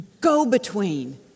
go-between